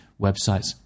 websites